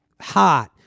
Hot